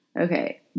Okay